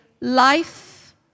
life